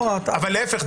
אבל להיפך,